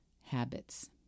habits